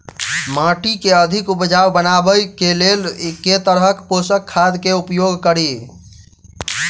माटि केँ अधिक उपजाउ बनाबय केँ लेल केँ तरहक पोसक खाद केँ उपयोग करि?